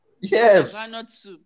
Yes